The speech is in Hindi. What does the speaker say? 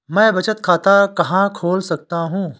मैं बचत खाता कहाँ खोल सकता हूँ?